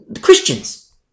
Christians